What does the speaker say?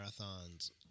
marathons